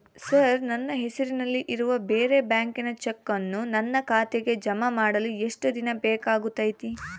Sir ನನ್ನ ಹೆಸರಲ್ಲಿ ಇರುವ ಬೇರೆ ಬ್ಯಾಂಕಿನ ಚೆಕ್ಕನ್ನು ನನ್ನ ಖಾತೆಗೆ ಜಮಾ ಮಾಡಲು ಎಷ್ಟು ದಿನ ಬೇಕಾಗುತೈತಿ?